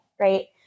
right